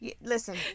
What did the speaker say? listen